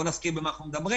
בוא נזכיר על מה אנחנו מדברים,